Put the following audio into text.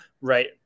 right